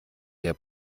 der